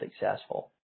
successful